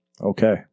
okay